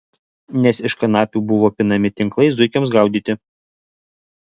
nes iš kanapių buvo pinami tinklai zuikiams gaudyti